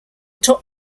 top